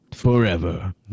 Forever